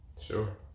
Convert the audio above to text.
Sure